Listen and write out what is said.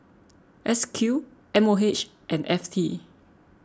S Q M O H and F T